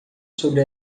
sobre